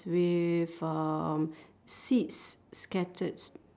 with uh seeds scattered